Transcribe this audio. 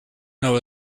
know